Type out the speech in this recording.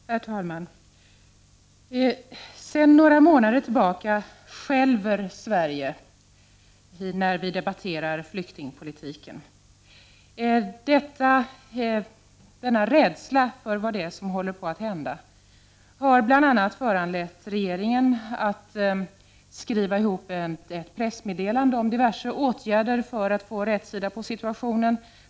Herr talman! Sedan några månader tillbaka skälver Sverige när vi debatterar flyktingpolitiken. Denna rädsla för vad som håller på att hända har bl.a. fått regeringen att skriva ihop ett pressmeddelande om diverse åtgärder för att få rätsida på situationen.